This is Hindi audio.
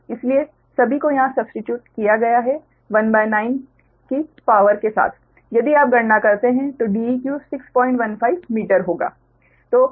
इसलिए सभी को यहां सब्स्टीट्यूट किया गया है 19 की शक्ति के साथ यदि आप गणना करते हैं तो Deq 615 मीटर होगा